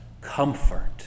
comfort